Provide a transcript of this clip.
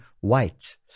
white